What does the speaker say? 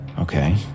Okay